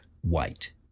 white